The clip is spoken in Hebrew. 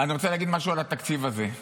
אני רוצה להגיד משהו על התקציב הזה.